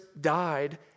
died